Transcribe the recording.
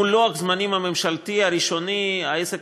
מול לוח הזמנים הממשלתי הראשוני העסק